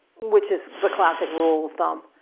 which is the classic rule of thumb.